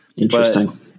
Interesting